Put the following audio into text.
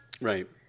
Right